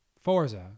Forza